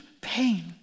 pain